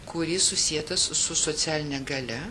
kuris susietas su socialine galia